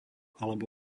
alebo